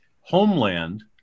homeland